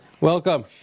Welcome